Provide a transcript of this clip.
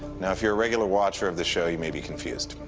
now if you're a regular watcher of the show you may be confused.